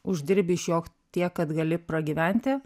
uždirbi iš jo tiek kad gali pragyventi